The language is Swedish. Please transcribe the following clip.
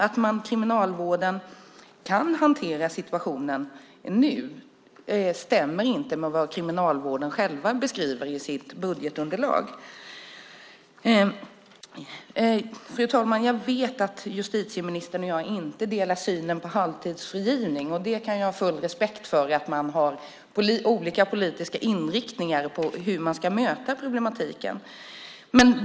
Att Kriminalvården kan hantera situationen nu stämmer alltså inte med vad man själv beskriver i sitt budgetunderlag. Fru talman! Jag vet att justitieministern och jag inte delar synen på halvtidsfrigivning, och jag har full respekt för att man har olika politiska inriktningar på hur man ska möta problematiken.